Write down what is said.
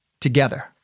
together